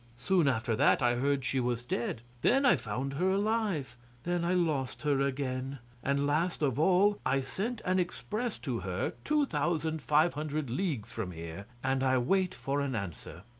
soon after that i heard she was dead then i found her alive then i lost her again and last of all, i sent an express to her two thousand five hundred leagues from here, and i wait for an answer.